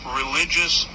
religious